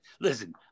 listen